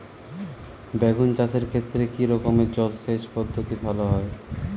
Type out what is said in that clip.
বেগুন চাষের ক্ষেত্রে কি রকমের জলসেচ পদ্ধতি ভালো হয়?